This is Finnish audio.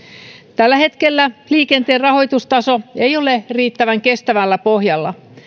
tällä hetkellä liikenteen rahoitustaso ei ole riittävän kestävällä pohjalla